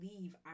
leave